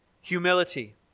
humility